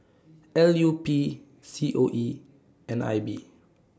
L U P C O E and I B